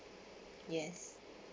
yes